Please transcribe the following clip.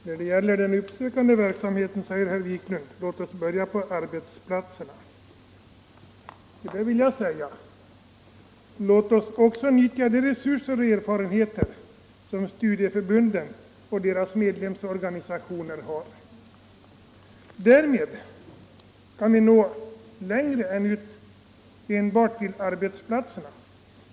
Herr talman! Låt oss börja på arbetsplatserna med den uppsökande verksamheten, säger herr Wiklund. Får jag då säga: Låt oss också utnyttja de resurser och erfarenheter som studieförbunden och deras medlemsorganisationer har! Därmed kan vi nå längre än bara till arbetsplatserna.